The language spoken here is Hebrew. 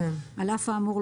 על אף האמור,